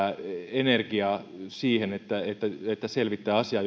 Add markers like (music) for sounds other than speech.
energiaa siihen että että selvittää asiaa (unintelligible)